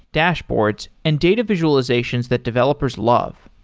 dashboards and data visualizations that developers love.